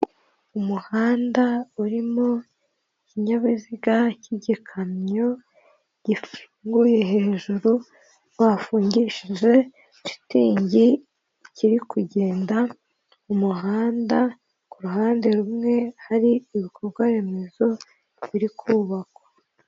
Umuhanda urimo ikinyabiziga cy'igikamyo gifunguye hejuru, bafungishije shitingi kiri kugenda mu muhanda, ku ruhande rumwe hari ibikorwaremezo biri kubakwa.